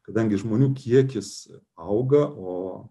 kadangi žmonių kiekis auga o